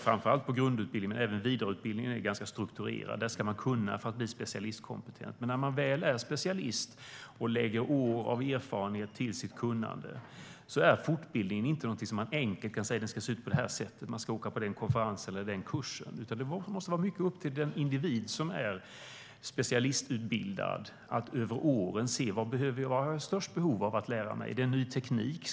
Det gäller framför allt på grundutbildningen. Men även vidareutbildningen är ganska strukturerad: Det här ska man kunna för att bli specialistkompetent. Men när man väl är specialist och lägger år av erfarenhet till sitt kunnande kan man inte enkelt säga: Fortbildningen ska se ut på det här sättet. Man ska åka på den konferensen eller den kursen. Det måste vara mycket upp till den individ som är specialistutbildad att över åren se: Vad har jag störst behov av att lära mig? Är det en ny teknik?